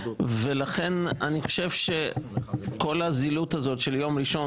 לכן אני חושב שכל הזילות הזאת של יום ראשון